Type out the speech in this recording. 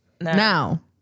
Now